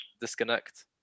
disconnect